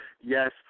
Yes